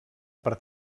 per